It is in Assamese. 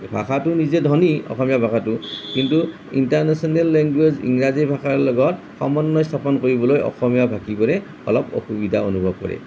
ভাষাটো নিজে ধনী অসমীয়া ভাষাটো কিন্তু ইন্টাৰনেশ্বনেল লেংগুৱেজ ইংৰাজী ভাষাৰ লগত সমন্ৱয় স্থাপন কৰিবলৈ অসমীয়া ভাষীবোৰে অলপ অসুবিধা অনুভৱ কৰে